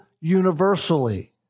universally